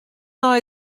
nei